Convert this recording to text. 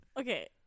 Okay